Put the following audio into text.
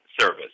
service